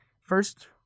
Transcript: first